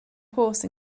horse